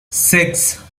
six